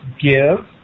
give